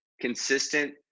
consistent